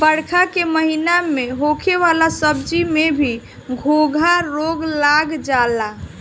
बरखा के महिना में होखे वाला सब्जी में भी घोघा रोग लाग जाला